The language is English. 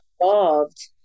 involved